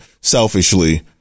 selfishly